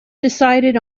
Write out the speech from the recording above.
decided